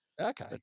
Okay